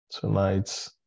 tonight